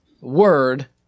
word